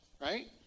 right